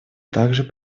также